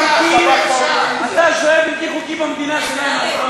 שב"ח, אתה שוהה בלתי חוקי במדינה שלנו.